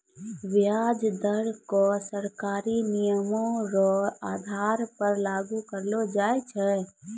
व्याज दर क सरकारी नियमो र आधार पर लागू करलो जाय छै